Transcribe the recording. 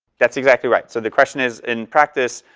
that's exactly right. so, the question is, in practice,